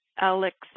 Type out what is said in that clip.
Alex